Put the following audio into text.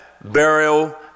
burial